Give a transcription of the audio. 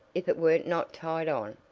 if it were not tied on.